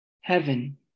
Heaven